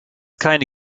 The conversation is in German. keine